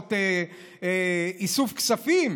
לעשות איסוף כספים?